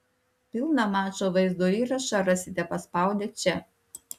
pilną mačo vaizdo įrašą rasite paspaudę čia